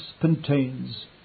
contains